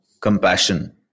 compassion